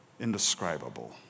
Indescribable